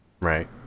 right